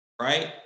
right